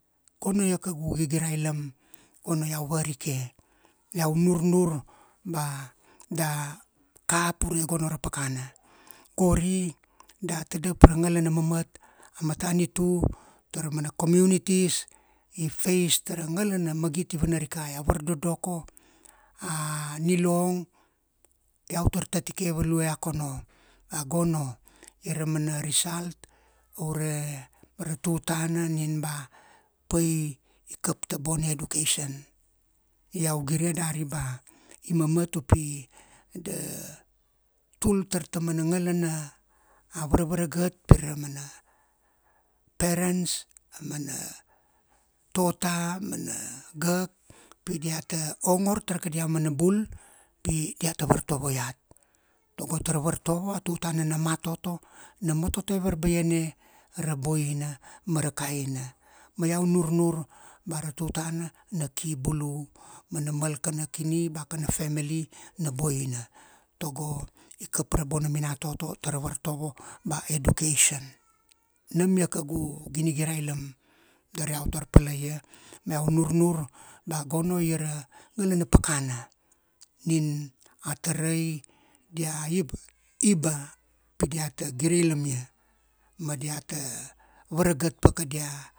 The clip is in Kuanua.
Gono ia kaugu gigira ailam, gono iau varike, iau nurnur ba da kapa ure gono ra pakana. Gori da tadap ra ngala na mamat, a matanitu ta ra mana communities, i face ta ra ngala na magit i vana rikai, a vardodoko, a nilong. Iau tar tatike value a kono ba gono ia ra mana result ure ra tutana nin ba pa i kap ta bona education. Iau gire dari ba i mamat u pi da tul tar ta mana ngala na varavaragat pire ra mana parents, a mana tota, mana gak, pi dia ta ongor ta ra ka dia mana bul, pi dia ta vartovo iat. Tago ta ra vartovo a tutana na matoto, na matote varbaiane ra boin ma ra kaina. Ma iau nunur ba ra tutana na ki bulu mana mal kana kini ba kana family na boina, tago i kap ra bona minatoto ta ra vartovo ba education. Nam ia kaugu ginigira ailam, dari iau tar pala ia, ma iau nurnur ba gono ia ra ngala na pakana, nin a tarai dia iba, iba pi dia ta gire ilamia ma dia ta varagat pa ka dia